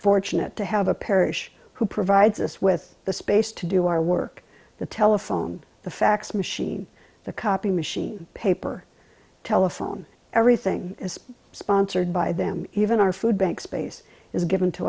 fortunate to have a parish who provides us with the space to do our work the telephone the fax machine the copy machine paper telephone everything is sponsored by them even our food bank space is given to